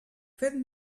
fet